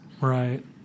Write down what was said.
Right